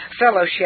fellowship